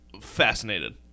Fascinated